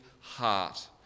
heart